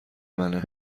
منه